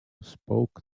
spoke